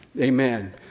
Amen